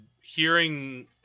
hearing